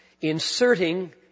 inserting